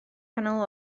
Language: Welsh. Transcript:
canol